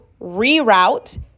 reroute